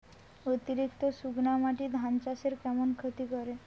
অতিরিক্ত শুকনা মাটি ধান চাষের কেমন ক্ষতি করে?